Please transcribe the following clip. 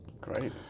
Great